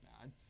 bad